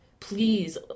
Please